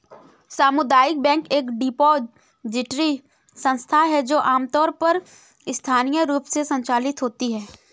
सामुदायिक बैंक एक डिपॉजिटरी संस्था है जो आमतौर पर स्थानीय रूप से संचालित होती है